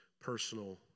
personal